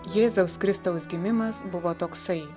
jėzaus kristaus gimimas buvo toksai